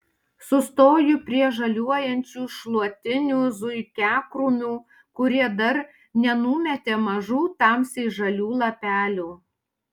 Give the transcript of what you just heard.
sustoju prie žaliuojančių šluotinių zuikiakrūmių kurie dar nenumetė mažų tamsiai žalių lapelių